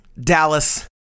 Dallas